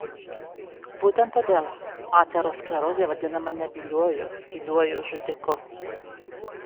būtent todėl aterosklerozė vadinama nebyliuoju tyliuoju žudiku